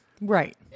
right